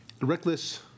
reckless